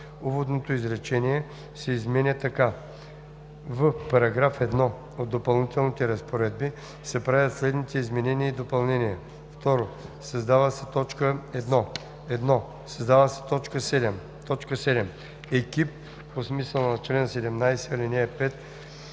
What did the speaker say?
Уводното изречение се изменя така: „В § 1 в Допълнителните разпоредби се правят следните изменения и допълнения;“ 2. Създава се т. 1. 1. Създава се т. 7: „7. Екип по смисъла на чл. 17, ал. 5 е